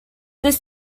this